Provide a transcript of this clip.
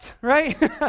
right